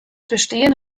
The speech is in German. bestehen